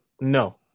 no